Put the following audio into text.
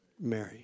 Mary